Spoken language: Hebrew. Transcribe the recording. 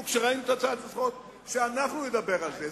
כשראינו את הצעת החוק רצינו שאנחנו נדבר על זה,